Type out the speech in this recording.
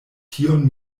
tion